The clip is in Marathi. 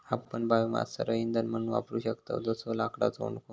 आपण बायोमास सरळ इंधन म्हणून वापरू शकतव जसो लाकडाचो ओंडको